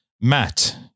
Matt